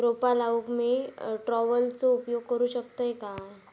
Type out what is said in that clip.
रोपा लाऊक मी ट्रावेलचो उपयोग करू शकतय काय?